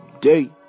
day